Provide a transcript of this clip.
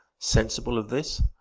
sensible of this,